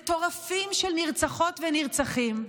מטורפים, של נרצחות ונרצחים.